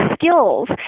skills